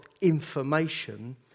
information